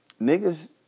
niggas